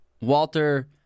Walter